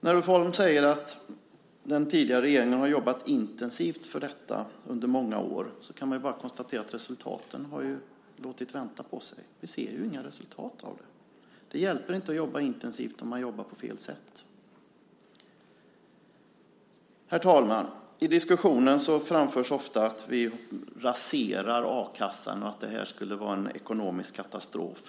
Ulf Holm säger att den tidigare regeringen har jobbat intensivt för detta under många år. Då kan man bara konstatera att resultaten har låtit vänta på sig. Vi ser inga resultat av det. Det hjälper inte att jobba intensivt om man jobbar på fel sätt. Herr talman! I diskussionen framförs ofta att vi raserar a-kassan och att det här skulle vara en ekonomisk katastrof.